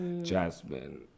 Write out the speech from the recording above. jasmine